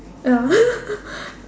ya